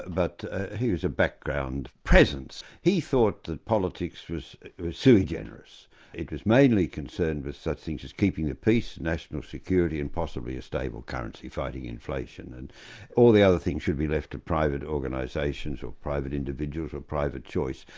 ah he was a background presence. he thought that politics was suis generis it was mainly concerned with such things as keeping the peace, national security and possibly a stable currency, fighting inflation, and all the other things should be left to private organisations or private individuals or private choice.